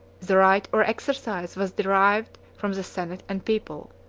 the right or exercise was derived from the senate and people.